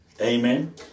Amen